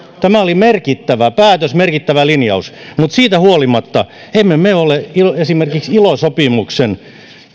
tämä oli merkittävä päätös merkittävä linjaus mutta siitä huolimatta emme me ole esimerkiksi ilo sopimuksen